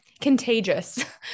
Contagious